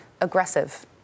aggressive